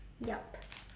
yup